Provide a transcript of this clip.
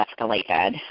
escalated